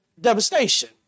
devastation